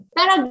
Pero